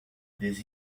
des